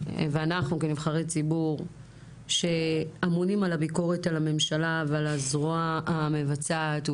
ואנחנו כנבחרי ציבור שאמונים על הביקורת על הממשלה ועל הזרוע המבצעת,